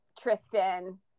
Tristan